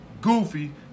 goofy